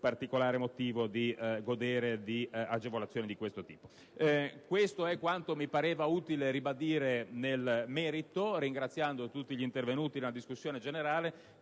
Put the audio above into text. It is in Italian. particolare motivo di godere di agevolazioni di questo tipo. Questo è quanto mi pareva utile ribadire nel merito, ringraziando tutti gli intervenuti nella discussione generale,